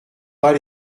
pas